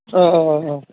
औ औ औ